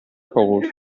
cold